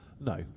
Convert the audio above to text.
no